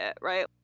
right